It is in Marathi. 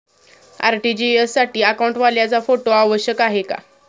आर.टी.जी.एस साठी अकाउंटवाल्याचा फोटो आवश्यक आहे का?